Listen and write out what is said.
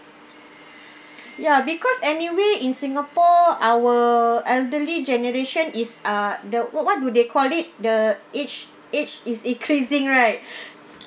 ya because anyway in singapore our elderly generation is ah the what what do they call it the age age is increasing right